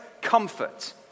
comfort